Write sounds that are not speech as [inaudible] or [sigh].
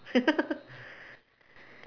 [laughs]